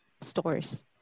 stores